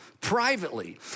privately